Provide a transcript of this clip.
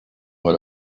what